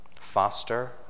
foster